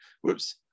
Whoops